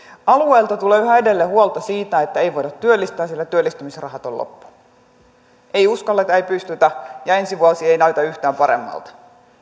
alueilta tulee yhä edelleen huolta siitä että ei voida työllistää sillä työllistämisrahat ovat loppu ei uskalleta ei pystytä ja ensi vuosi ei näytä yhtään paremmalta